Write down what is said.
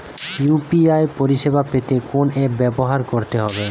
UPI পরিসেবা পেতে কোন অ্যাপ ব্যবহার করতে হবে?